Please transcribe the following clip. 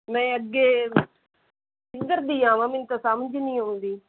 ਮੈਂ ਅੱਗੇ ਕਿਧਰ ਦੀ ਆਵਾਂ ਮੈਨੂੰ ਤਾਂ ਸਮਝ ਨਹੀਂ ਆਉਂਦੀ